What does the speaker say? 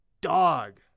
dog